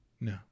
No